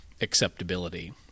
acceptability